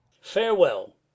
Farewell